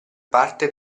parte